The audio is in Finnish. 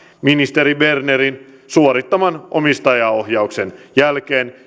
ministeri bernerin suorittaman omistajaohjauksen jälkeen